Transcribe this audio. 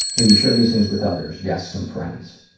have you shared these things with others. yes some friends.